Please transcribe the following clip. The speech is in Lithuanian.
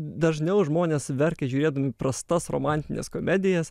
dažniau žmonės verkia žiūrėdami prastas romantines komedijas